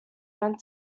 meant